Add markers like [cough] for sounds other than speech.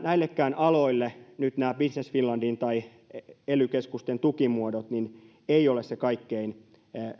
[unintelligible] näillekään aloille nyt nämä business finlandin tai ely keskusten tukimuodot eivät ole se kaikkein